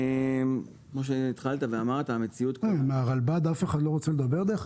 אף אחד מהרלב"ד לא רוצה לדבר?